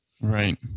Right